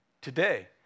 today